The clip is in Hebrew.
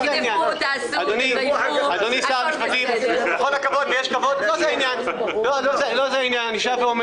אדוני שר המשפטים, בכל הכבוד, לא זה העניין.